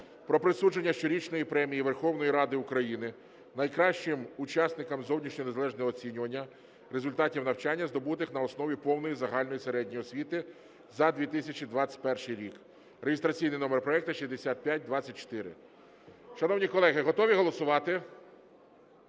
"Про присудження щорічної Премії Верховної Ради України найкращим учасникам зовнішнього незалежного оцінювання результатів навчання, здобутих на основі повної загальної середньої освіти, за 2021 рік" (реєстраційний номер проекту 6524). Шановні колеги, готові голосувати?